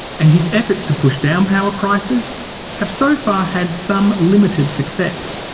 and his efforts to push down power prices have so far had some limited success.